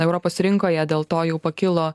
europos rinkoje dėl to jau pakilo